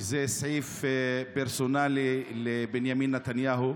שזה סעיף פרסונלי לבנימין נתניהו.